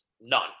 None